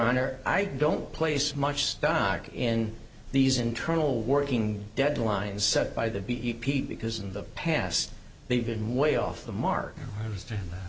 honor i don't place much stock in these internal working deadline set by the pete because in the past they've been way off the mark and